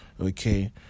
okay